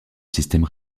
système